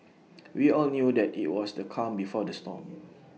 we all knew that IT was the calm before the storm